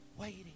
Waiting